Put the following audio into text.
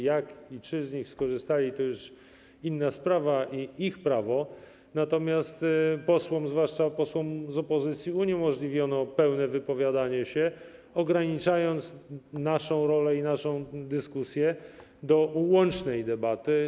Jak i czy z nich skorzystali, to już inna sprawa i ich prawo, natomiast posłom, zwłaszcza posłom z opozycji, uniemożliwiono pełne wypowiadanie się, ograniczając naszą rolę i naszą dyskusję do łącznej debaty.